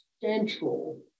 central